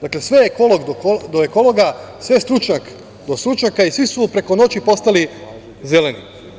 Dakle, sve ekolog do ekologa, sve stručnjak do stručnjaka i svi su preko noći postali Zeleni.